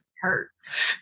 hurts